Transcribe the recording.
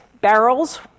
Barrels